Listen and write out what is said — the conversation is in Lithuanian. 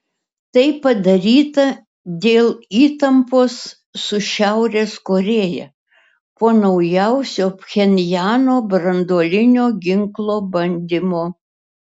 tai padaryta dėl įtampos su šiaurės korėja po naujausio pchenjano branduolinio ginklo bandymo